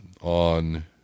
on